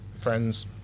friends